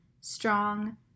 strong